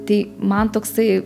tai man toksai